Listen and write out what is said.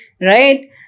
Right